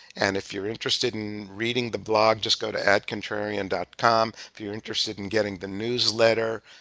and if you're interested in reading the blog just go to adcontrarian dot com. if you're interested in getting the newsletter,